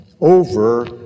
over